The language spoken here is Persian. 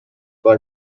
بار